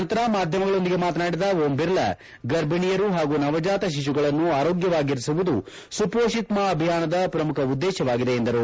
ನಂತರ ಮಾಧ್ಯಮಗಳೊಂದಿಗೆ ಮಾತನಾಡಿದ ಓಂ ಬಿರ್ಲಾ ಗರ್ಭಿಣಿಯರು ಹಾಗೂ ನವಜಾತ ಶಿಶುಗಳನ್ನು ಆರೋಗ್ಯವಾಗಿರಿಸುವುದು ಸುಪೋಷಿತ್ ಮಾ ಅಭಿಯಾನದ ಪ್ರಮುಖ ಉದ್ದೇಶವಾಗಿದೆ ಎಂದರು